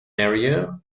area